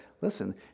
listen